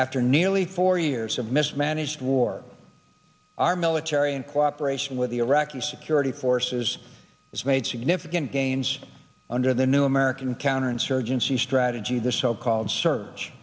after nearly four years of mismanaged war our military in cooperation with the iraqi security forces has made significant gains under the new american counterinsurgency strategy the so called s